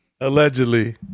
Allegedly